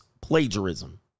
plagiarism